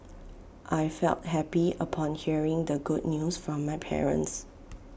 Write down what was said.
I felt happy upon hearing the good news from my parents